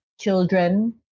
children